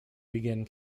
begin